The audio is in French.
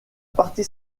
partie